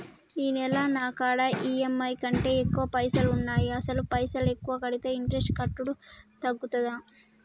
ఈ నెల నా కాడా ఈ.ఎమ్.ఐ కంటే ఎక్కువ పైసల్ ఉన్నాయి అసలు పైసల్ ఎక్కువ కడితే ఇంట్రెస్ట్ కట్టుడు తగ్గుతదా?